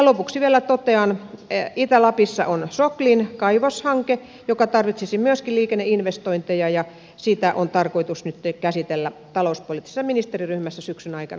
lopuksi vielä totean että itä lapissa on soklin kaivoshanke joka myöskin tarvitsisi liikenneinvestointeja ja sitä on tarkoitus nyt käsitellä talouspoliittisessa ministeriryhmässä syksyn aikana